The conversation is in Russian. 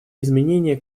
изменения